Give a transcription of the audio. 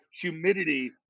humidity